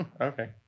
okay